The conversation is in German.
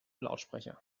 lautsprecher